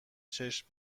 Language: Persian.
چشم